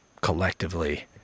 collectively